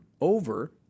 over